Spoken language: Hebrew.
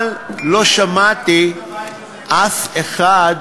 אבל לא שמעתי אף אחד,